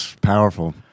Powerful